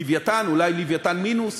"לווייתן", אולי "לווייתן" מינוס.